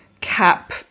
cap